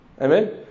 Amen